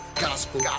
gospel